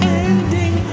ending